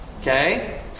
Okay